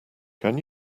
can